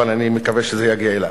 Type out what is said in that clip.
אבל אני מקווה שזה יגיע עליו,